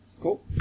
Cool